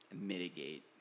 mitigate